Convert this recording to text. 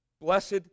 Blessed